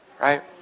right